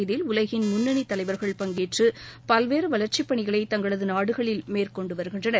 இதில் உலகின் முன்னணி தலைவர்கள் பங்கேற்று பல்வேறு வளர்ச்சிப் பணிகளை தங்களது நாடுகளில் மேற்கொண்டு வருகின்றனர்